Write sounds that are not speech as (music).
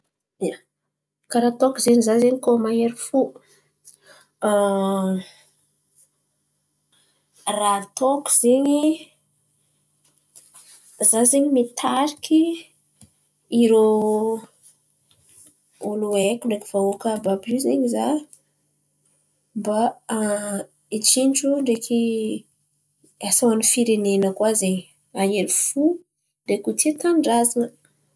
Ia, karà ataoko izen̈y zah koa mahery fô. (hesitation) Raha ataoko izen̈y, za zen̈y mitariky, irô olo haiko, ndreky vahoaka àby io zen̈y za. Mba hitsinjo ndreky asa hoany firenena koa zen̈y, hahery fo ndreky ho tia tanindrazana.